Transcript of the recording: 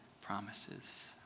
promises